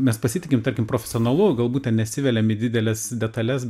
mes pasitikim tarkim profesionalu galbūt ten nesiveliam į dideles detales